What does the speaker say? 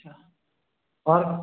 अच्छा और